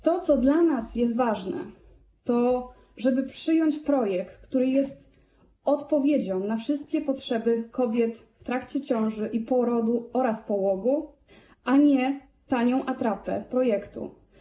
To, co dla nas jest ważne, to żeby przyjąć projekt, który jest odpowiedzią na wszystkie potrzeby kobiet w trakcie ciąży i porodu oraz połogu, a nie tanią atrapę projektu.